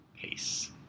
Peace